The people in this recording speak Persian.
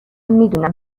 میدونم